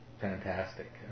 fantastic